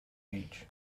beach